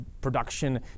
production